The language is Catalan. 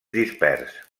dispers